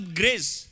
grace